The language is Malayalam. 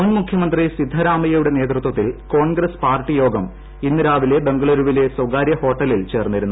മുൻ മുഖ്യമന്ത്രി സിദ്ധരാമയ്യയുടെ നേതൃത്വത്തിൽ കോൺഗ്രസ് പാർട്ടി യോഗം ഇന്ന് രാവിലെ ബംഗളുരുവിലെ സ്വകാര്യ ഹോട്ടലിൽ ചേർന്നിരുന്നു